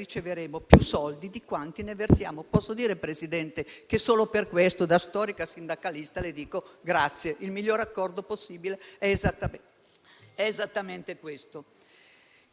Il